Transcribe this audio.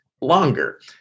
longer